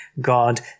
God